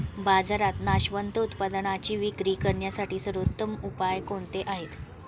बाजारात नाशवंत उत्पादनांची विक्री करण्यासाठी सर्वोत्तम उपाय कोणते आहेत?